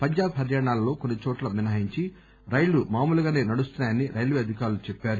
పంజాబ్ హర్యానాలలో కొన్సి చోట్ల మినహాయించి రైళ్ళు మామూలుగానే నడుస్తున్నాయని రైల్వే అధికారులు చెప్పారు